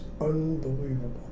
unbelievable